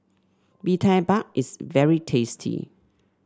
Bee Tai Mak is very tasty